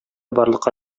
барлыкка